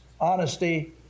honesty